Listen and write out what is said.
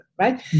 right